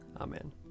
Amen